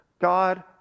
God